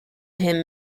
him